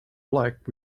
black